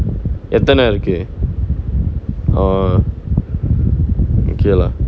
எத்தன இருக்கு:ethana irukku oh okay lah